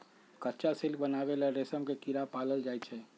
कच्चा सिल्क बनावे ला रेशम के कीड़ा पालल जाई छई